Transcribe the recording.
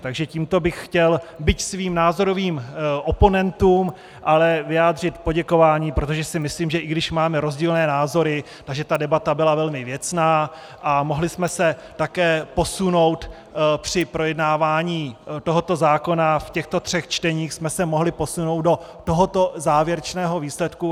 Takže tímto bych chtěl, byť svým názorovým oponentům, vyjádřit poděkování, protože si myslím, že i když máme rozdílné názory, debata byla velmi věcná a mohli jsme se také posunout při projednávání tohoto zákona v těchto třech čteních do tohoto závěrečného výsledku.